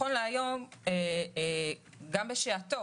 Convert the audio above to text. גם בשעתו